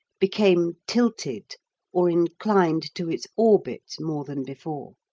became tilted or inclined to its orbit more than before,